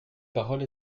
parole